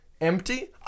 empty